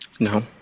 No